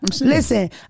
listen